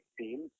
team